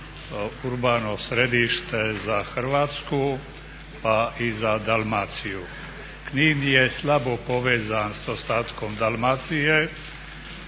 urbano središte za Hrvatsku pa i za Dalmaciju. Knin je slabo povezan sa ostatkom Dalmacije,